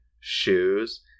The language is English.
shoes